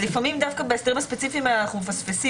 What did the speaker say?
כאן אנחנו מגיעים